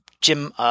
Jim